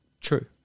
True